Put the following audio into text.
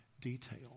detail